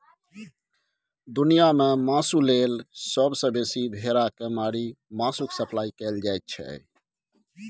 दुनियाँ मे मासु लेल सबसँ बेसी भेड़ा केँ मारि मासुक सप्लाई कएल जाइ छै